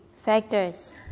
factors